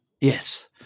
Yes